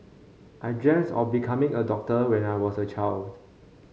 I of becoming a doctor when I was a child